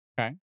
Okay